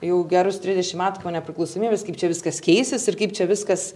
jau gerus trisdešim metų po nepriklausomybės kaip čia viskas keisis ir kaip čia viskas